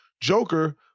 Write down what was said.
Joker